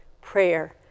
prayer